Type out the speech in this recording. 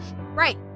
Right